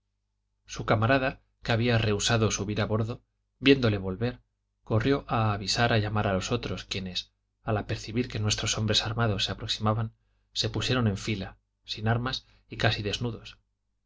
su camarada que había rehusado subir a bordo viéndole volver corrió a avisar y a llamar a los otros quienes al apercibir que nuestros hombres armados se aproximaban se pusieron en fila sin armas y casi desnudos